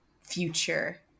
future